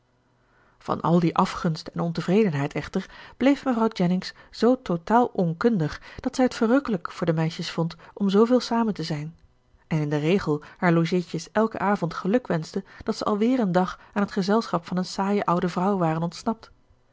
van al die afgunst en ontevredenheid echter bleef mevrouw jennings zoo totaal onkundig dat zij het verrukkelijk voor de meisjes vond om zooveel samen te zijn en in den regel haar logéetjes elken avond gelukwenschte dat ze alweer een dag aan t gezelschap van een saaie oude vrouw waren ontsnapt